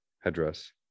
headdress